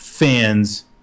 Fans